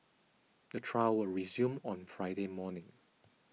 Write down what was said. the trial will resume on Friday morning